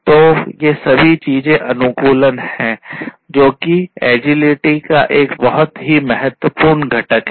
तो ये सभी चीजें अनुकूलन हैं जोकि एजीलिटी का एक बहुत ही महत्वपूर्ण घटक है